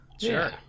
Sure